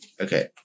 Okay